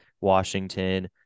Washington